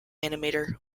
animator